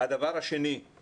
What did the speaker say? הדבר השני שאני